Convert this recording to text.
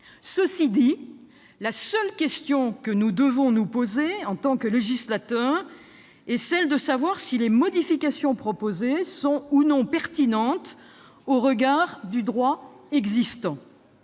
Cela étant, la seule question que nous devons nous poser, en tant que législateur, est celle de savoir si les modifications proposées sont ou non pertinentes au regard du droit existant.